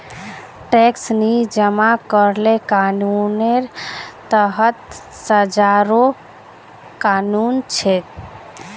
tax नी जमा करले कानूनेर तहत सजारो कानून छेक